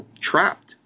trapped